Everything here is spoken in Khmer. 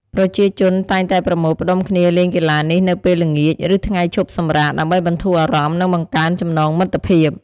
ប្រជាជនតែងតែប្រមូលផ្តុំគ្នាលេងកីឡានេះនៅពេលល្ងាច ឬថ្ងៃឈប់សម្រាក ដើម្បីបន្ធូរអារម្មណ៍ និងបង្កើនចំណងមិត្តភាព។